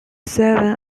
seven